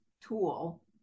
tool